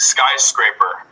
Skyscraper